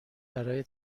برای